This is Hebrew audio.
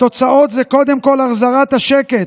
התוצאות הן קודם כול החזרת השקט,